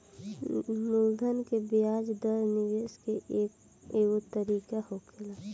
मूलधन के ब्याज दर निवेश के एगो तरीका होखेला